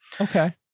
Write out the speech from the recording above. Okay